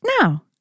No